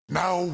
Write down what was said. now